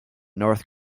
north